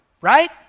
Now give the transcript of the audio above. right